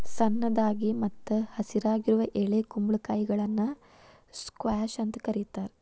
ಸಣ್ಣದಾಗಿ ಮತ್ತ ಹಸಿರಾಗಿರುವ ಎಳೆ ಕುಂಬಳಕಾಯಿಗಳನ್ನ ಸ್ಕ್ವಾಷ್ ಅಂತ ಕರೇತಾರ